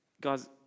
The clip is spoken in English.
Guys